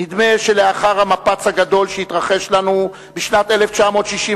נדמה שלאחר המפץ הגדול שהתרחש לנו בשנת 1967,